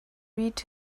read